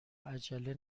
عجله